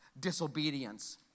Disobedience